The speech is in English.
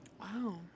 Wow